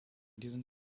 diesen